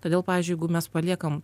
todėl pavyzdžiui jeigu mes paliekam